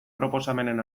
proposamenen